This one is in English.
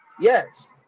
yes